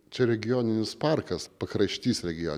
čia regioninis parkas pakraštys regio